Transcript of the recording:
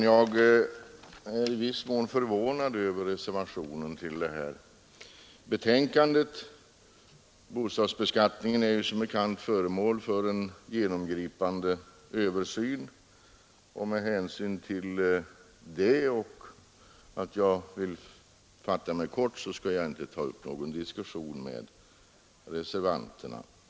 Jag är i viss mån förvånad över reservationerna till detta betänkande. Bostadsbeskattningen är som bekant föremål för en genomgripande översyn, och med hänsyn härtill och då jag vill fatta mig kort, skall jag inte ta upp någon diskussion med reservanterna.